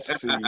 see